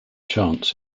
chants